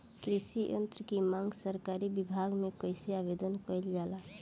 कृषि यत्र की मांग सरकरी विभाग में कइसे आवेदन कइल जाला?